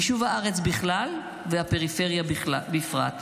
יישוב הארץ בכלל והפריפריה בפרט.